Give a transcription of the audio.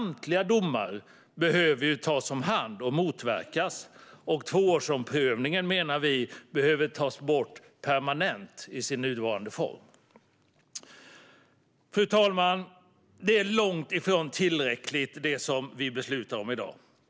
Men samtliga domar behöver tas om hand och motverkas, och vi menar att tvåårsomprövningen i sin nuvarande form behöver tas bort permanent. Fru talman! Det som vi beslutar om i dag är långt ifrån tillräckligt.